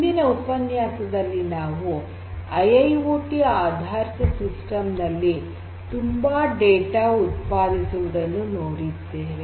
ಹಿಂದಿನ ಉಪನ್ಯಾಸದಲ್ಲಿ ನಾವು ಐ ಐ ಓ ಟಿ ಆಧಾರಿತ ಸಿಸ್ಟಮ್ಸ್ ನಲ್ಲಿ ತುಂಬಾ ಡೇಟಾ ಉತ್ಪಾದಿಸುವುದನ್ನು ನೋಡಿದೆವು